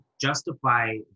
justify